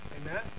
Amen